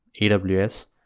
AWS